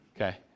Okay